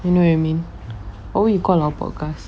you know what I mean what do you call our podcast